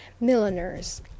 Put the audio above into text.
milliners